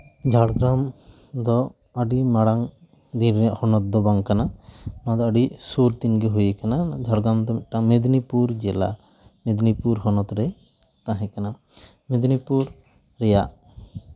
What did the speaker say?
ᱡᱷᱟᱲᱜᱨᱟᱢ ᱫᱚ ᱟᱹᱰᱤ ᱢᱟᱲᱟᱝ ᱫᱤᱱ ᱨᱮᱭᱟᱜ ᱦᱚᱱᱚᱛ ᱫᱚ ᱵᱟᱝ ᱠᱟᱱᱟ ᱱᱚᱣᱟ ᱫᱚ ᱟᱹᱰᱤ ᱥᱩᱨ ᱫᱤᱱᱜᱮ ᱦᱩᱭ ᱠᱟᱱᱟ ᱡᱷᱟᱲᱜᱨᱟᱢ ᱫᱚ ᱢᱤᱫᱴᱟᱱ ᱢᱮᱫᱽᱱᱤᱯᱩᱨ ᱡᱮᱞᱟ ᱢᱮᱫᱽᱱᱤᱯᱩᱨ ᱦᱚᱱᱚᱛ ᱨᱮ ᱛᱟᱦᱮᱸ ᱠᱟᱱᱟ ᱢᱮᱫᱽᱱᱤᱯᱩᱨ ᱨᱮᱭᱟᱜ